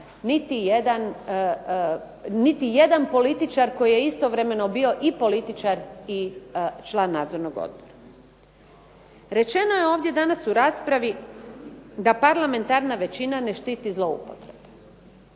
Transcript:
niti jedan političar koji je istovremeno bio i političar i član nadzornog odbora. Rečeno je ovdje danas u raspravi da parlamentarna većina ne štiti zloupotrebe.